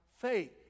faith